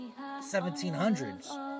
1700s